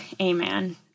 Amen